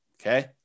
Okay